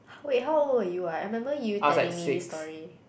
wait how old were you ah I I remember you telling me this story